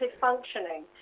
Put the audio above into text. functioning